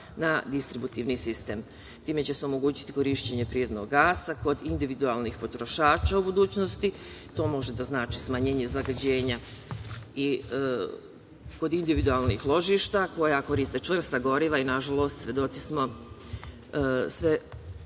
na distributivni sistem. Time će se omogućiti korišćenje prirodnog gasa kod individualnih potrošača u budućnosti. To može da znači smanjenje zagađenja i kod individualnih ložišta koja koriste čvrsta goriva, i nažalost, svedoci smo sve